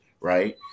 right